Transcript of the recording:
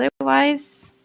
otherwise